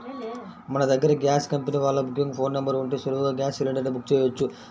మన దగ్గర gas company వాళ్ళ బుకింగ్ ఫోన్ నెంబర్ ఉంటే సులువుగా గ్యాస్ సిలిండర్ ని బుక్ చెయ్యొచ్చు